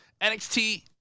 nxt